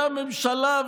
והממשלה,